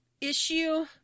issue